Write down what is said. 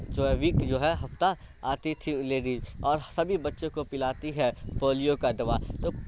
جو ہے ویک جو ہے ہفتہ آتی تھی لیڈیز اور سبھی بچوں کو پلاتی ہے پولیو کا دوا تو